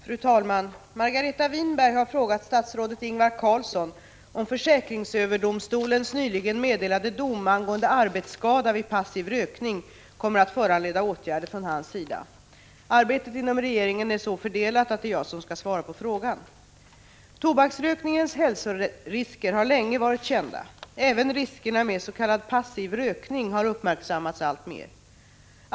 Fru talman! Margareta Winberg har frågat statsrådet Ingvar Carlsson om försäkringsöverdomstolens nyligen meddelade dom angående arbetsskada vid passiv rökning kommer att föranleda åtgärder från hans sida. Arbetet inom regeringen är så fördelat att det är jag som skall svara på frågan. Tobaksrökningens hälsorisker har länge varit kända. Även riskerna med s.k. passiv rökning har uppmärksammats alltmer.